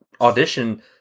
audition